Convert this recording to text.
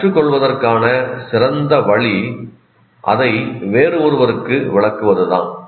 கற்றுக் கொள்வதற்கான சிறந்த வழி அதை வேறு ஒருவருக்கு விளக்குவதுதான்